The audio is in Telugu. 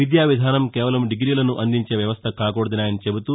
విద్యా విధానం కేవలం డిగ్రీలను అందించే వ్యవస్ల కాకూడదని ఆయన చెబుతూ